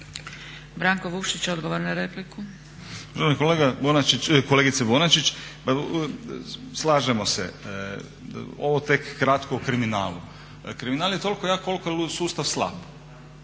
Branko Vukšić, odgovor na repliku.